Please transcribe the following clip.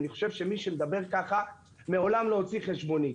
אני חושב שמי שמדבר ככה מעולם לא הוציא חשבונית.